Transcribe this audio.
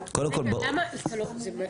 במרכז המחקר